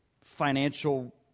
financial